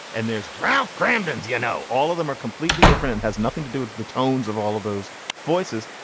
and there's ralph kramden. you know, all of them are completely different. it has nothing to do with the tones of all of those voices.